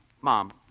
Mom